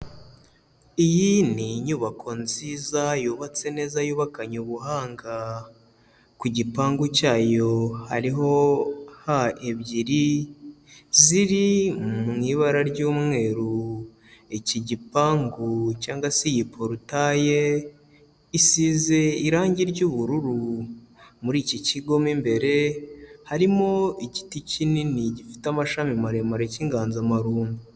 Iyi ni inyubako nziza yubatse neza yubakanye ubuhanga, ku gipangu cyayo hariho H ebyiri ziri mu ibara ry'umweru, iki gipangu cyangwa se iyi porutiye isize irangi ry'ubururu, muri iki kigo mo imbere harimo igiti kinini gifite amashami maremare k'inganzamarumbo.